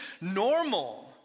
normal